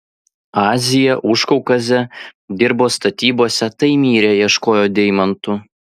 aziją užkaukazę dirbo statybose taimyre ieškojo deimantų